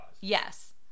Yes